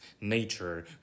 nature